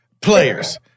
players